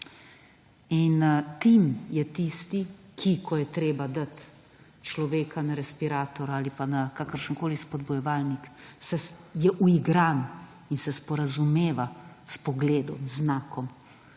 Tim je tisti, ki ko je treba dati človeka na respirator ali pa na kakršenkoli spodbujevalnik je uigran in se sporazumeva s pogledom, z znakom